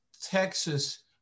Texas